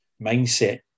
mindset